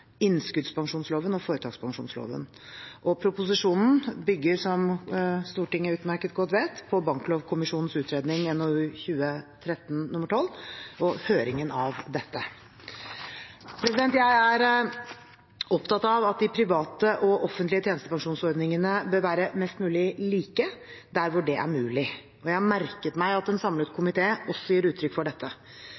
innskuddspensjonsloven og foretakspensjonsloven, og proposisjonen bygger – som Stortinget utmerket godt vet – på Banklovkommisjonens utredning, NOU 2013: 12, og på høringen av dette. Jeg er opptatt av at de private og offentlige tjenestepensjonsordningene bør være mest mulig like der hvor det er mulig, og jeg har merket meg at en samlet komité også gir uttrykk for dette.